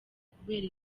kubera